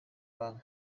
banki